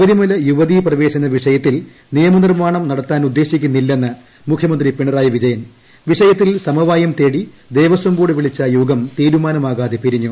ശബരിമല യുവതീപ്രവേശന വിഷയത്തിൽ നിയമനിർമ്മാണം നടത്താനുദ്ദേശിക്കുന്നില്ലെന്ന് മുഖ്യമന്ത്രി പിണറായി വിജയൻ വിഷയത്തിൽ സമവായം തേടി ദേവസ്വംബോർഡ് വിളിച്ച യോഗം തീരുമാനമാകാതെ പിരിഞ്ഞു